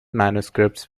manuscripts